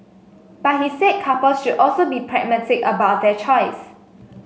but he said couples should also be pragmatic about their choice